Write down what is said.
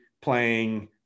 playing